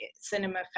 Cinema